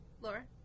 Laura